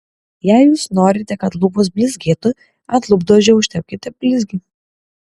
jei jūs norite kad lūpos blizgėtų ant lūpdažio užtepkite blizgį